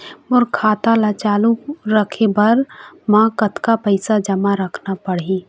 मोर खाता ला चालू रखे बर म कतका पैसा जमा रखना पड़ही?